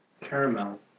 caramel